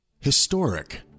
Historic